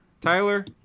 Tyler